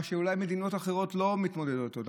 מה שמדינות אחרות אולי לא מתמודדות איתו,